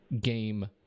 Game